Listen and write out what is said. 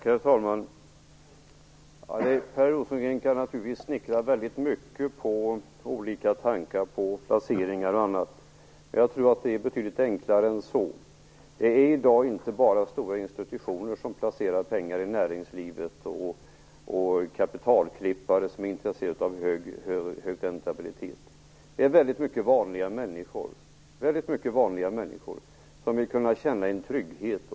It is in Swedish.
Herr talman! Per Rosengren kan naturligtvis snickra väldigt mycket på olika tankar på placeringar och annat. Jag tror att det är betydligt enklare än så. Det är i dag inte bara stora institutioner som placerar pengar i näringslivet och kapitalklippare som är intresserade av hög räntabilitet. Det är väldigt mycket vanliga människor, som vill kunna känna en trygghet.